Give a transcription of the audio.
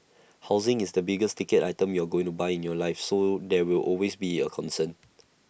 housing is the biggest ticket item you're going to buy in your life so there will always be A concern